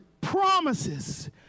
promises